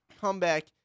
comeback